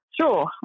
Sure